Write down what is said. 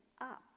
up